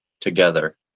together